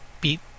beat